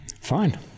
fine